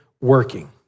working